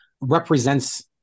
represents